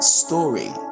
story